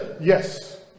Yes